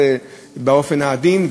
זה באופן העדין,